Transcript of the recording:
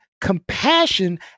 compassion